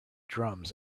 drums